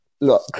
look